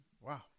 Wow